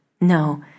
No